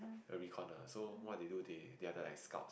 and recon lah so what they do they are the es scout